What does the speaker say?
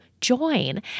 join